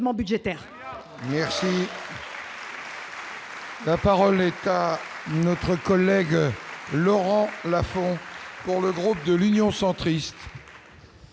assez la parole est à notre collègue Laurent Lafon. Pour le groupe de l'Union centriste.